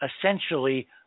essentially